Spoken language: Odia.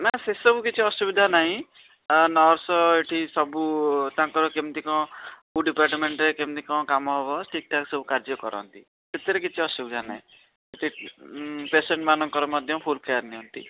ନା ସେସବୁ କିଛି ଅସୁବିଧା ନାହିଁ ଆଉ ନର୍ସ ଏଠି ସବୁ ତାଙ୍କର କେମିତି କ'ଣ କେଉଁ ଡିପାର୍ଟମେଣ୍ଟ କେମିତି କ'ଣ କାମ ହବ ଠିକ୍ ଠାକ୍ ସବୁ କାର୍ଯ୍ୟ କରନ୍ତି ସେଥିରେ କିଛି ଅସୁବିଧା ନାହିଁ ପେସେଣ୍ଟ ମାନଙ୍କର ମଧ୍ୟ ଫୁଲ୍ କେୟାର୍ ନିଅନ୍ତି